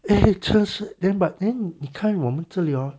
唉真是 then but then 你看我们这里 hor